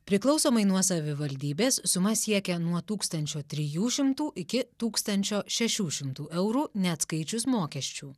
priklausomai nuo savivaldybės suma siekia nuo tūkstančio trijų šimtų iki tūkstančio šešių šimtų eurų neatskaičius mokesčių